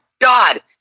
god